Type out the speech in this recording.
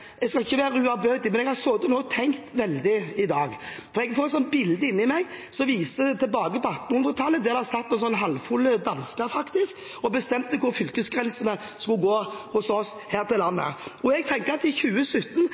Jeg skal ikke være uærbødig, men jeg har sittet og tenkt veldig i dag, og jeg får et bilde inne i meg som viser tilbake til 1800-tallet, der det satt noen halvfulle dansker og bestemte hvor fylkesgrensene skulle gå hos oss her til lands. I 2017